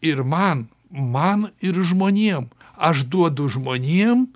ir man man ir žmonėm aš duodu žmonėm